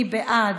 מי בעד?